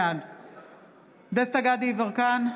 בעד דסטה גדי יברקן,